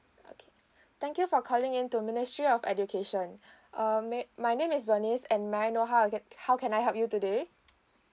okay thank you for calling in to ministry of education um may my name is vernice and may I know how I can how can I help you today